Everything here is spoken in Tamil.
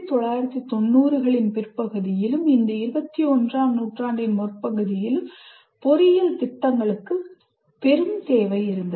1990 களின் பிற்பகுதியிலும் இந்த 21 ஆம் நூற்றாண்டின் முற்பகுதியிலும் பொறியியல் திட்டங்களுக்கு பெரும் தேவை இருந்தது